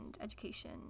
education